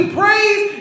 praise